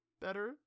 better